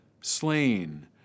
slain